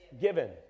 given